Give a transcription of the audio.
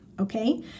Okay